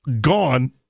gone